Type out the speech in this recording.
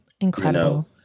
Incredible